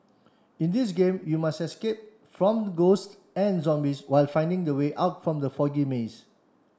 in this game you must escape from ghosts and zombies while finding the way out from the foggy maze